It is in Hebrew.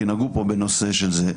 כי נגעו פה בנושא של זה,